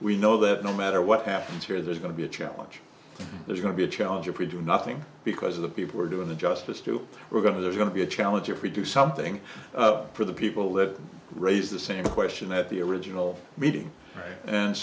we know that no matter what happens here there's going to be a challenge there's going to be a challenge if we do nothing because the people are doing the justice to we're going to there's going to be a challenge if we do something for the people that raised the same question at the original meeting and